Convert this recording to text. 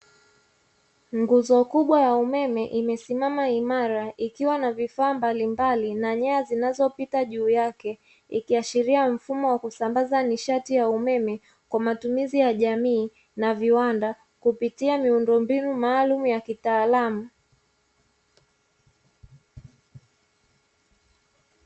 Nguzo kubwa ya umeme imesimama imara ikiwa na vifaa mbalimbali na nyaya zinazopita juu yake. Ikiashiria mfumo wa kusambaza nishati ya umeme kwa matumizi ya jamii na viwanda, kupitia miundo mbinu maalumu ya kitaalamu.